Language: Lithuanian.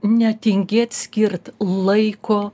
netingėt skirt laiko